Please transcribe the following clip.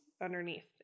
underneath